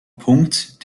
punkt